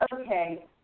okay